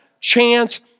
chance